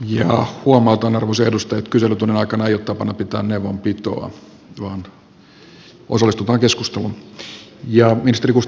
huomautan arvoisia edustajia että kyselytunnin aikana ei ole tapana pitää neuvonpitoa vaan osallistutaan keskusteluun